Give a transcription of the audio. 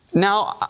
Now